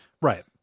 Right